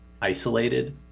isolated